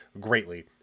greatly